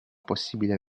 possibile